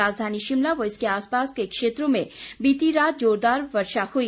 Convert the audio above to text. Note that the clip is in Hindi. राजधानी शिमला व इसके आसपास के क्षेत्रों में बीती रात जोरदार वर्षा हुई